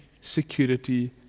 security